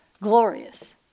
glorious